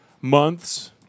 months